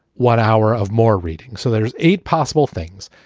what hour of more reading. so there's eight possible things,